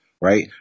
right